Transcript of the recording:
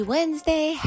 Wednesday